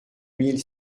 mille